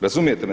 Razumijete me?